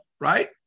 Right